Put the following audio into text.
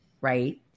right